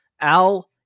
al